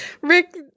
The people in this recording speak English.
Rick